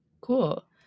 Cool